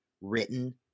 written